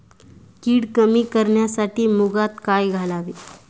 कीड कमी करण्यासाठी मुगात काय घालावे?